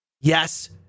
yes